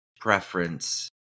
preference